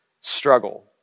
struggle